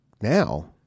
now